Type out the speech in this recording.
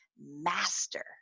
master